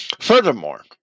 Furthermore